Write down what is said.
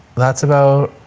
that's about,